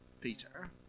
Peter